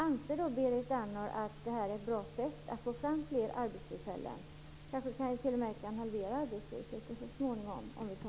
Anser Berit Andnor att det här är ett bra sätt att få fram fler arbetstillfällen? Vi kanske t.o.m. kan halvera arbetslösheten så småningom om vi genomför detta.